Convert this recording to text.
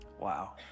Wow